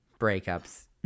breakups